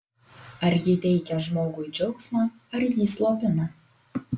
ar ji teikia žmogui džiaugsmą ar jį slopina